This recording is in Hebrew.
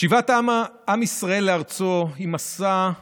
שיבת עם ישראל לארצו היא מסע,